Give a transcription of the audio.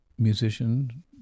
musician